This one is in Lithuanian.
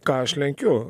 ką aš lenkiu